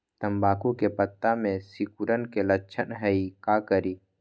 तम्बाकू के पत्ता में सिकुड़न के लक्षण हई का करी?